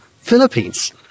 philippines